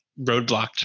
roadblocked